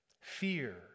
Fear